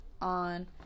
on